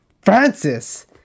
Francis